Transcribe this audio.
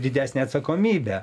didesnė atsakomybė